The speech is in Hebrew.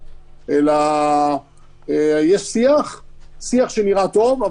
אלא יש שיח שנראה טוב,